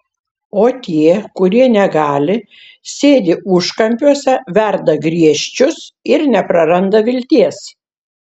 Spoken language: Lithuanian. o tie kurie negali sėdi užkampiuose verda griežčius ir nepraranda vilties